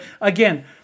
Again